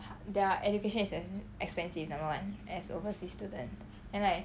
their education is expen~ expensive number [one] as overseas student then like